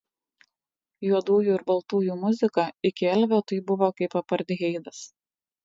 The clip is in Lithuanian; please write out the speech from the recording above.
juodųjų ir baltųjų muzika iki elvio tai buvo kaip apartheidas